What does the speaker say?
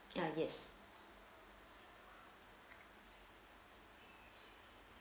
ya yes